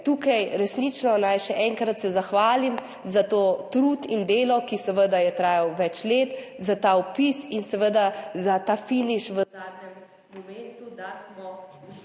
tukaj resnično še enkrat zahvalim za ta trud in delo, ki je seveda trajalo več let, za ta vpis in seveda za ta finiš v zadnjem mesecu, da smo